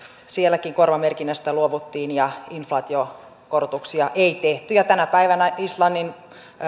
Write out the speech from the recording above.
sielläkin korvamerkinnästä luovuttiin ja inflaatiokorotuksia ei tehty ja tänä päivänä islannin